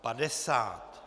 50.